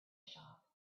shop